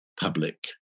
public